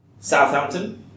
Southampton